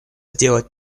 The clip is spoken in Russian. сделать